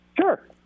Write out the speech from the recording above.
Sure